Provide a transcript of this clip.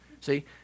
See